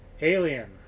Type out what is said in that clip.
Alien